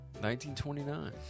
1929